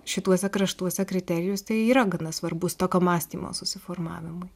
šituose kraštuose kriterijus tai yra gana svarbus tokio mąstymo susiformavimui